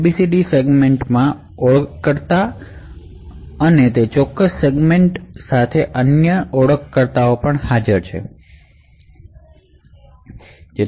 આ segment 0Xabcd0000 સ્થાનથી શરૂ થાય છે અને 0Xabcdffff સુધી વિસ્તરે છે આપણે શું જોશું તે એ છે કે સેગમેન્ટની અંદરની દરેક મેમરી સ્થાન 0Xabcd થી શરૂ થાય છે